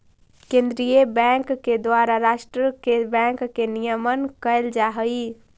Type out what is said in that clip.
केंद्रीय बैंक के द्वारा राष्ट्र के बैंक के नियमन कैल जा हइ